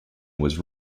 was